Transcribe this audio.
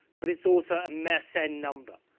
but it's also a mersenne number.